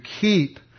keep